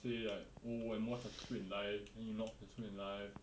say like oh I'm more successful in life then you not successful in life